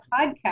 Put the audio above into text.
podcast